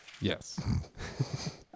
Yes